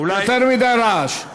יש יותר מדי רעש.